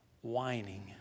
whining